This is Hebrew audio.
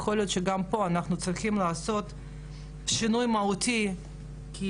יכול להיות שגם פה אנחנו צריכים לעשות שינוי מהותי כי